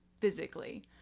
physically